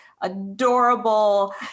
adorable